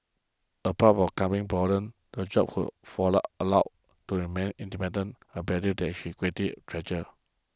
apart curbing boredom the job allow to remain independent a value that he greatly treasured